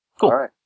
Cool